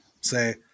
Say